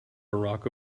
barack